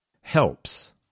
helps